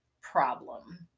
problem